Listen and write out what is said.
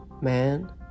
man